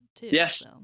yes